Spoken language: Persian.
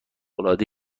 العاده